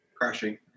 Crashing